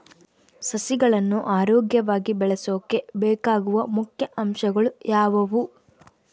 ಸಸಿಗಳನ್ನು ಆರೋಗ್ಯವಾಗಿ ಬೆಳಸೊಕೆ ಬೇಕಾಗುವ ಮುಖ್ಯ ಅಂಶಗಳು ಯಾವವು?